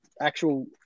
actual